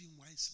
wisely